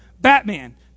Batman